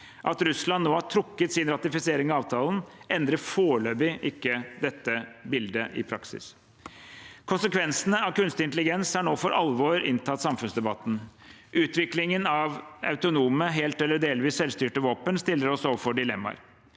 At Russland nå har trukket sin ratifisering av avtalen, endrer foreløpig ikke dette bildet i praksis. Konsekvensene av kunstig intelligens har nå for alvor inntatt samfunnsdebatten. Utviklingen av autonome våpen, helt eller delvis selvstyrte våpen, stiller oss overfor dilemmaer.